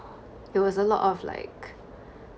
it was a lot of like